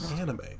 anime